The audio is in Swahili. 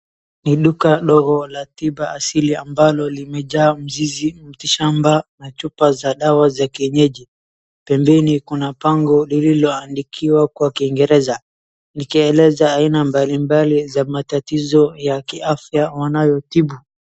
Ni duka ndogo la tiba asili ambalo limejaa mzizi, miti shamba na chupa za dawa za kienyeji. Pembeni kuna bango lililoandikiwa kwa kiingereza, likieleza aina mbalimbali za matatizo ya kiafya wanayotibu.